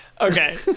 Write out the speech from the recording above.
Okay